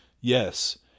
Yes